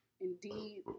indeed